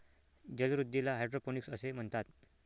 जलवृद्धीला हायड्रोपोनिक्स असे म्हणतात